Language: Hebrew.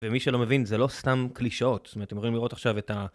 ומי שלא מבין, זה לא סתם קלישאות, זאת אומרת, אתם יכולים לראות עכשיו את ה...